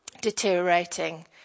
deteriorating